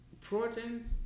Proteins